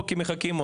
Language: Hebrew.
כי מחכים,